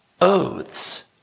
oaths